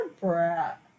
brat